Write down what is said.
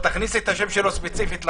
תכניס את השם שלו ספציפית לחוק.